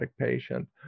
patient